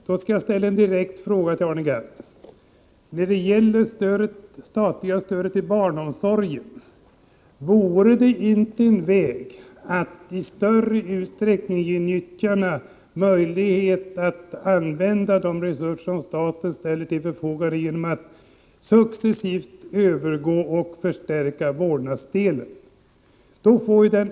Då skall jag ställa en direkt fråga till Arne Gadd: När det gäller det statliga stödet till barnomsorgen, vore det inte en väg att i större utsträckning ge nyttjarna möjlighet att använda de resurser som staten ställer till förfogande genom att successivt övergå till att förstärka vårdnadsersättning och bygga ut denna?